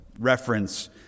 reference